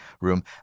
room